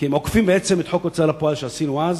כי הם עוקפים את חוק ההוצאה לפועל שעשינו אז,